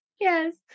Yes